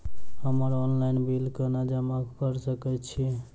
हम्मर online bill कोना जमा कऽ सकय छी?